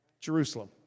Jerusalem